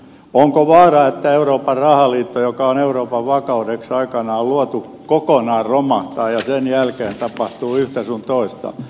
onko vaara että euroopan rahaliitto joka on euroopan vakaudeksi aikanaan luotu kokonaan romahtaa ja sen jälkeen tapahtuu yhtä sun toista